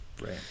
right